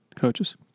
coaches